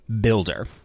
builder